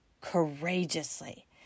courageously